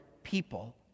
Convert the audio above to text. people